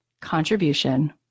contribution